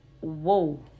whoa